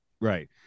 right